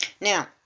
now